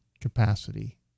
capacity